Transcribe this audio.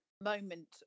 moment